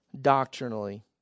doctrinally